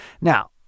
now